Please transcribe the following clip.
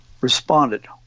responded